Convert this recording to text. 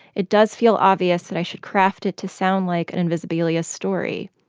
it does feel obvious that i should craft it to sound like an invisibilia story,